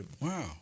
Wow